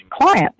clients